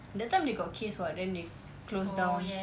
that time they got case [what] then they closed down